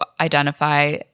identify